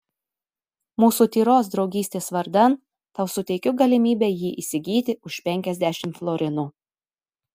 mūsų tyros draugystės vardan tau suteikiu galimybę jį įsigyti už penkiasdešimt florinų